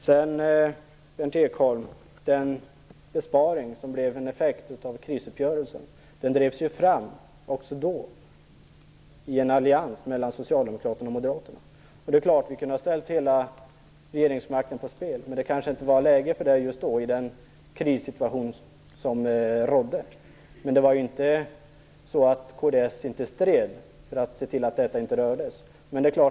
Berndt Ekholm, den besparing som blev en effekt av krisuppgörelsen drevs ju fram i en allians mellan socialdemokraterna och moderaterna. Det är klart att vi kunde ha satt hela regeringsmakten på spel, men det kanske inte var läge för det just då i den krissituation som rådde. Men det var inte så att kds inte stred för att se till att detta inte skulle röras.